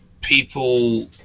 People